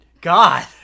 god